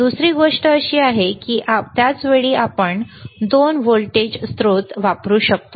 दुसरी गोष्ट अशी आहे की त्याच वेळी आपण 2 व्होल्टेज स्त्रोत वापरू शकतो